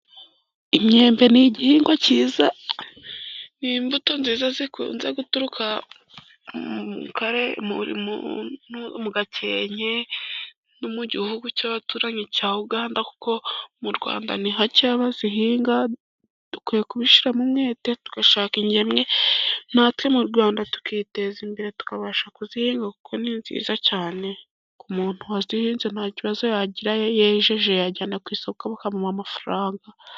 Imyembe ni igihingwa kiza, ni imbuto nziza zikunze guturuka mu Gakenke, no mu gihugu cy'abaturanyi cya Uganda, kuko mu Rwanda ni hake ba zihinga, dukwiye kubishyiraramo umwete tugashaka ingemwe, natwe mu Rwanda tukiteza imbere tukabasha kuzihinga, kuko ni nziza cyane ku muntu wazihinze nta kibazo yagira yejeje, yajyana ku isoko bakamuha amafaranga.